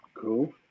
Cool